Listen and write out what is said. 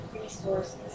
resources